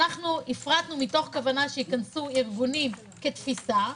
אנחנו הפרטנו מתוך כוונה שייכנסו ארגונים כתפיסה,